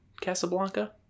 Casablanca